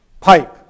pipe